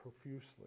profusely